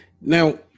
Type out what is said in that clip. Now